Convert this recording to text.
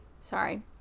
sorry